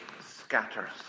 scatters